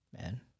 man